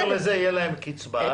מעבר לזה תהיה להם קצבה,